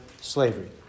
slavery